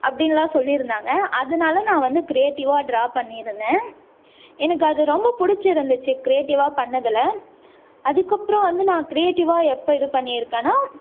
அப்படின்லாம் சொல்லி இருந்தாங்க அதனால் நான் வந்து கிரியேட்டிவ்வாக ட்ரா பண்ணி இருந்தேன் எனக்கு அது ரொம்ப பிடிச்சு இருந்துச்சு க்ரியேட்டிவாக பண்ணதில் அதுக்கு அப்புறம் வந்து நான் க்ரியேட்டிவாக எப்போ இது பண்ணி இருக்கன்னா